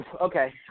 okay